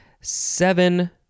Seven